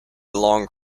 along